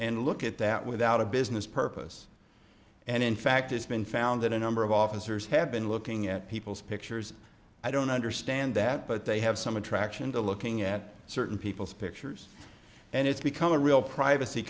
and look at that without a business purpose and in fact it's been found that a number of officers have been looking at people's pictures i don't understand that but they have some attraction to looking at certain people's pictures and it's become a real privacy